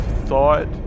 thought